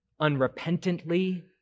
unrepentantly